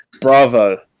Bravo